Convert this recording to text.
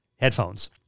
headphones